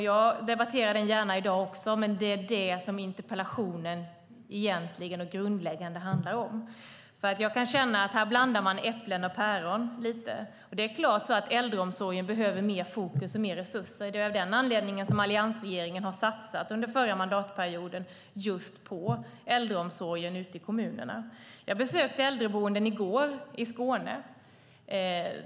Jag debatterar den gärna i dag också, men det är detta som interpellationen egentligen handlar om. Jag kan känna att man här lite grann blandar äpplen och päron. Det är klart att äldreomsorgen behöver mer fokus och mer resurser. Det är av den anledningen som alliansregeringen under den förra mandatperioden har satsat just på äldreomsorgen ute i kommunerna. Jag besökte i går äldreboenden i Skåne.